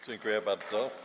Dziękuję bardzo.